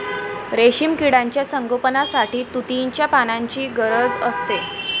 रेशीम किड्यांच्या संगोपनासाठी तुतीच्या पानांची गरज असते